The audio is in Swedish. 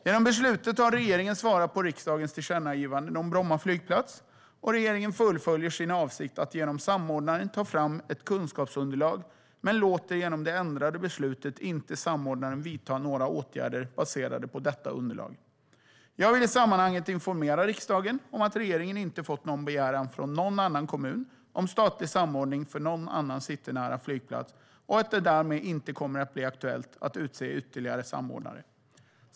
Genom beslutet har regeringen svarat på riksdagens tillkännagivanden om Bromma flygplats. Regeringen fullföljer sin avsikt att genom samordnaren ta fram ett kunskapsunderlag, men låter genom det ändrade beslutet inte samordnaren vidta några åtgärder baserade på detta underlag. Jag vill i sammanhanget informera riksdagen om att regeringen inte fått någon begäran från någon annan kommun om statlig samordning för någon annan citynära flygplats och att det därmed inte kommer att bli aktuellt att utse ytterligare samordnare.